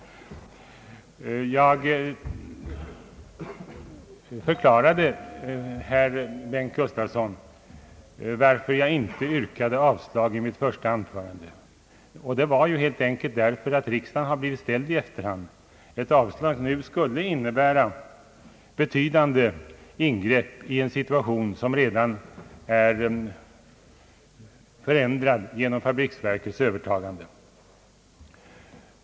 Jag förklarade, herr Bengt Gustavsson, varför jag inte yrkade avslag i mitt första anförande. Det var helt enkelt därför att riksdagen blivit ställd i efterhand. Ett avslag nu skulle innebära betydande ingrepp i en situation som redan är förändrad genom fabriksverkets övertagande.